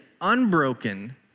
unbroken